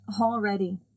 already